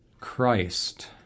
Christ